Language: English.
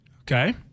Okay